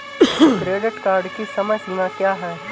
Credit card की समय सीमा क्या है?